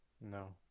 No